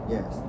Yes